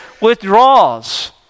withdraws